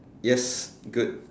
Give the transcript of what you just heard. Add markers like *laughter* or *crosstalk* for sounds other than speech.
yes *breath* good